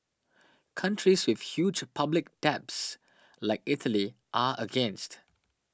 countries with huge public debts like Italy are against